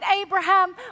Abraham